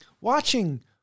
Watching